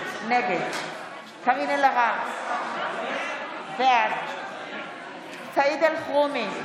נגד קארין אלהרר, בעד סעיד אלחרומי,